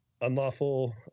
unlawful